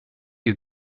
you